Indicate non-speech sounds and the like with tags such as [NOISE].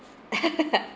[LAUGHS]